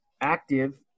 active